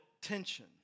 tension